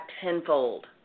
tenfold